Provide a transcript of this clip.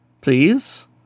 Please